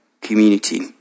community